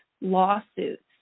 lawsuits